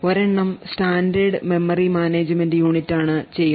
ഒരെണ്ണം standard memory management യൂണിറ്റാണ് ചെയ്യുന്നത്